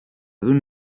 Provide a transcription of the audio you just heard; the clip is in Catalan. d’un